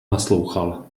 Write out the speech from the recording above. naslouchal